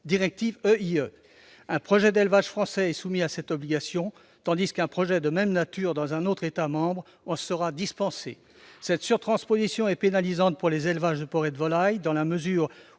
directive EIE. Un projet d'élevage français est soumis à cette obligation tandis qu'un projet de même nature dans un autre État membre en sera dispensé. Cette surtransposition est pénalisante pour les élevages de porcs et de volailles dans la mesure où